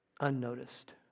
unnoticed